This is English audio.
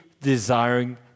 desiring